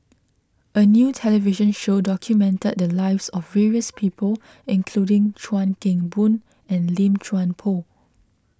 a new television show documented the lives of various people including Chuan Keng Boon and Lim Chuan Poh